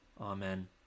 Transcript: Amen